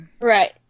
Right